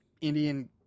Indian